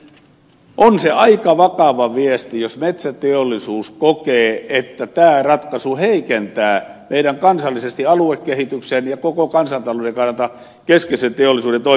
ja ministeri pekkarinen on se aika vakava viesti jos metsäteollisuus kokee että tämä ratkaisu heikentää kansallisesti aluekehityksen ja koko kansantalouden kannalta keskeisen teollisuuden toimintaedellytyksiä